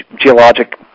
geologic